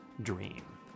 dream